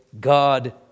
God